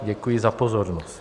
Děkuji za pozornost.